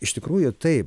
iš tikrųjų taip